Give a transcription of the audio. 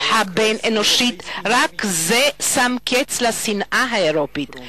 האנושית ההדדית, שמה קץ לשנאה האירופית,